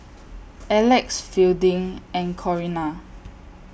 Alex Fielding and Corinna